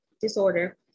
disorder